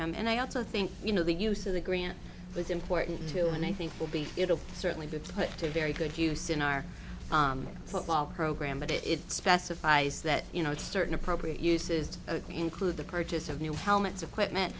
him and i also think you know the use of the grant was important too and i think it will be it'll certainly be put to very good use in our football program but it specifies that you know certain appropriate uses include the purchase of new helmets equipment